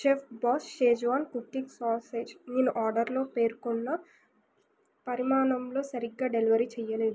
chef బాష్ schezwan cooking sausage నేను ఆర్డర్లో పేర్కొన్న పరిమాణంలో సరిగ్గా డెలివరీ చేయలేదు